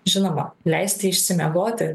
žinoma leisti išsimiegoti